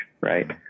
right